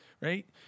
right